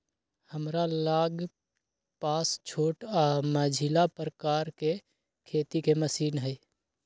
हमरा लग पास छोट आऽ मझिला प्रकार के खेती के मशीन हई